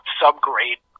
subgrade